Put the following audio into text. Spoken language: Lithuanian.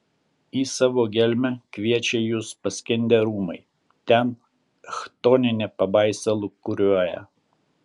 į savo gelmę kviečia jus paskendę rūmai ten chtoninė pabaisa lūkuriuoja